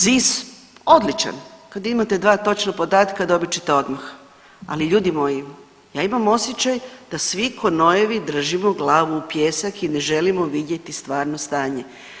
ZIS odličan, kad imate dva točna podatka dobite ćete odmah, ali ljudi moji ja imam osjećaj da svi ko nojevi držimo glavu u pijesak i ne želimo vidjeti stvarno stanje.